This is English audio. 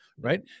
right